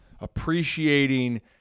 appreciating